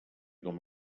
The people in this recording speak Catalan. com